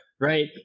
Right